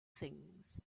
things